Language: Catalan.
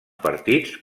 partits